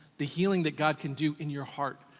the healing that god can do in your heart,